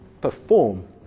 perform